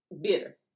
bitter